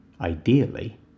Ideally